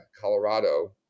Colorado